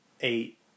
eight